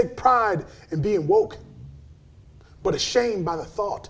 take pride in being woke but ashamed by the thought